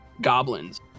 goblins